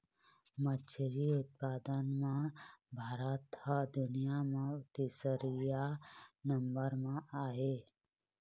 मछरी उत्पादन म भारत ह दुनिया म तीसरइया नंबर म आहे